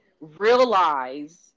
realize –